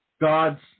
God's